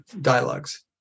dialogues